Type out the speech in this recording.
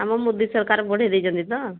ଆମ ମୋଦି ସରକାର ବଢ଼େଇ ଦେଇଛନ୍ତି ତ